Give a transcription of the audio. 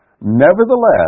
Nevertheless